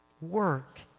Work